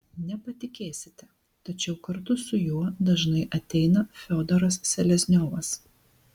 nepatikėsite tačiau kartu su juo dažnai ateina fiodoras selezniovas